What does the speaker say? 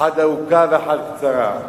אחת ארוכה ואחת קצרה?